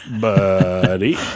buddy